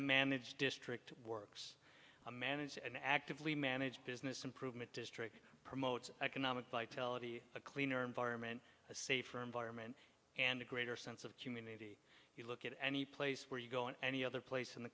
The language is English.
a managed district works a managed and actively managed business improvement district promotes economic vitality a cleaner environment a safer environment and a greater sense of community if you look at any place where you go in any other place in the